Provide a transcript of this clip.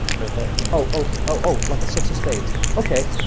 right there, oh oh like a six of spades okay,